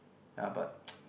ya but